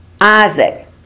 Isaac